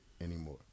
anymore